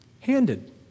Handed